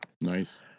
Nice